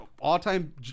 all-time